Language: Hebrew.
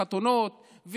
חתונות,